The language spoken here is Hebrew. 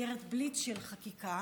במסגרת בליץ של חקיקה,